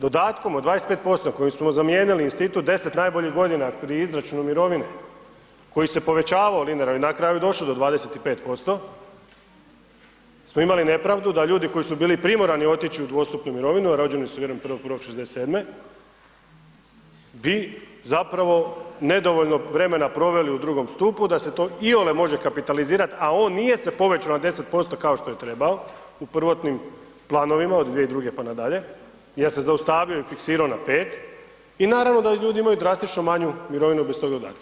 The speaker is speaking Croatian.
Dodatkom od 25% kojim smo zamijenili institut 10 najboljih godina pri izračunu mirovine, koji se povećavao linearno i na kraju došao do 25% smo imali nepravdu da ljudi koji su bili primorani otići u dvostupnu mirovinu a rođeni su 1.1.1967. bi zapravo nedovoljno vremena proveli u drugom stupu da se to iole može kapitalizirati a on nije se povećao na 10% kao što je trebao u prvotnim planovima od 2002. pa nadalje jer se zaustavljao i fiksirao na 5 i naravno da ljudi imaju drastično manju mirovinu bez tog dodatka.